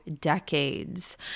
decades